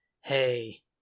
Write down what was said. hey